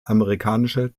amerikanische